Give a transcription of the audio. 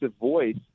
voice